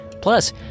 Plus